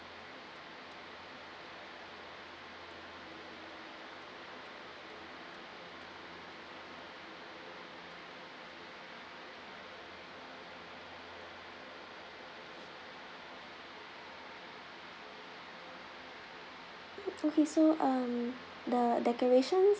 mm okay so uh the decorations